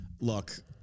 look